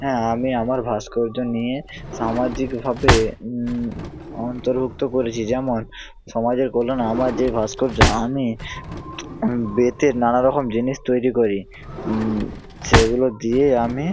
হ্যাঁ আমি আমার ভাস্কর্য নিয়ে সামাজিকভাবে অন্তর্ভুক্ত করেছি যেমন সমাজের কল্যাণ আমার যে ভাস্কর্য আমি বেতের নানারকম জিনিস তৈরি করি সেগুলো দিয়ে আমি